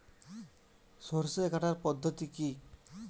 সরষে কাটার পদ্ধতি কি?